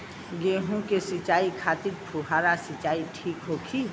गेहूँ के सिंचाई खातिर फुहारा सिंचाई ठीक होखि?